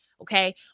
okay